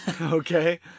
Okay